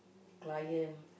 client